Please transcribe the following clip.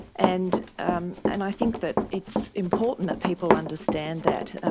and um and i think that it's important that people understand that,